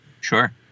Sure